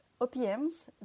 OPMs